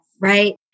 Right